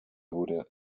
wurde